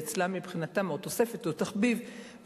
מבחינתם זו תוספת או תחביב,